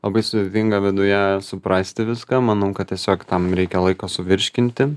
labai sudėtinga viduje suprasti viską manau kad tiesiog tam reikia laiko suvirškinti